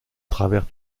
travers